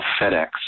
FedEx